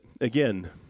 again